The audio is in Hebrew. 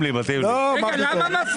מנהל הוועדה